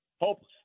Hopeless